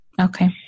Okay